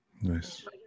Nice